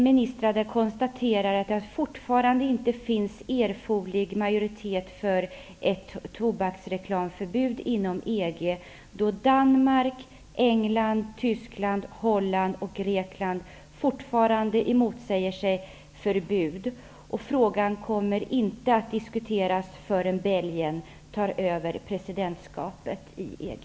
Ministrarna konstaterade att det fortfarande inte finns erforderlig majoritet för ett tobaksreklamförbud inom EG, då Danmark, England, Tyskland, Holland och Grekland fortfarande emotsäger sig förbud. Frågan kommer inte att diskuteras förrän Belgien tar över presidentskapet i EG.